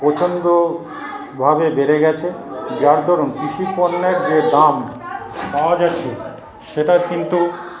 প্রচণ্ডভাবে বেড়ে গেছে যার দরুন কৃষিপণ্যের যে দাম পাওয়া যাচ্ছে সেটা কিন্তু